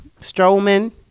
Strowman